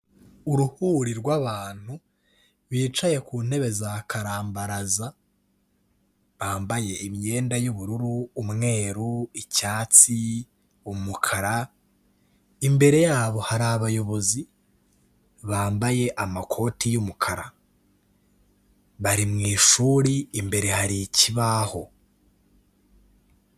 Uruhuri rw'abantu bicaye ku ntebe za karambaraza, bambaye imyenda y'ubururu, umweru, icyatsi, umukara, imbere yabo hari abayobozi bambaye amakoti y'umukara, bari mu ishuri imbere hari ikibaho.